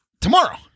tomorrow